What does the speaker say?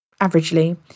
averagely